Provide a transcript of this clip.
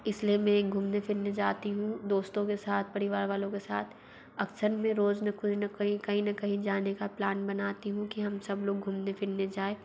इस लिए मैं घूमने फिरने जाती हूँ दोस्तों के साथ परिवार वालों के साथ अक्सर में रोज़ ना कुछ ना कहीं कहीं ना कहीं जाने का प्लान बनाती हूँ कि हम सब लोग घूमने फिरने जाए